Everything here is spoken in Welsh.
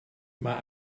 mae